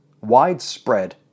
widespread